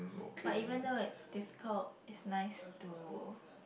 but even though it's difficult is nice to